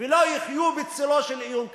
ולא יחיו בצלו של איום כזה.